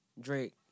Drake